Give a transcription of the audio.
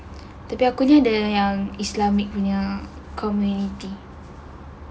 tapi aku ni dari yang islamic punya community